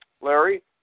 Larry